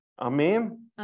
Amen